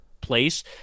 place